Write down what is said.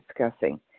discussing